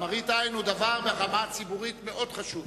מראית-עין, ברמה הציבורית, היא דבר מאוד חשוב.